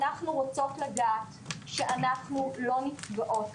אנחנו רוצות לדעת שאנחנו לא נפגעות